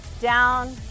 Down